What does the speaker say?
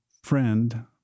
friend